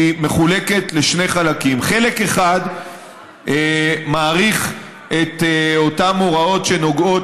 היא מחולקת לשני חלקים: חלק אחד מאריך את אותן הוראות שנוגעות